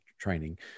training